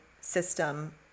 system